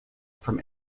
from